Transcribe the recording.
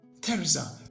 theresa